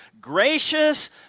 gracious